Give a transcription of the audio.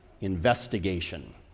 investigation